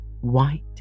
white